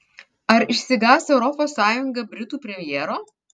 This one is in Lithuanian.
ar išsigąs europos sąjunga britų premjero